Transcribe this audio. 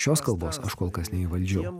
šios kalbos aš kol kas neįvaldžiau